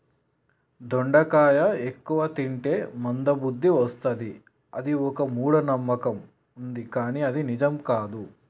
దొండకాయ ఎక్కువ తింటే మంద బుద్ది వస్తది అని ఒక మూఢ నమ్మకం వుంది కానీ అది నిజం కాదు